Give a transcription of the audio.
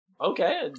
Okay